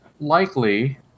likely